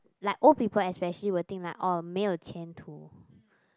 like old people especially will think like orh 没有前途